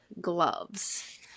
gloves